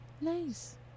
nice